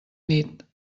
nit